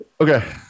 okay